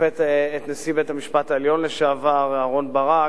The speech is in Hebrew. את נשיא בית-המשפט העליון לשעבר אהרן ברק,